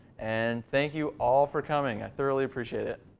and thank you all for coming. i thoroughly appreciate it.